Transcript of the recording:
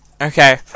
Okay